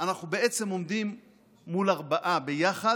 אנחנו בעצם עומדים מול ארבעה ביחד,